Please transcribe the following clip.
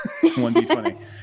1d20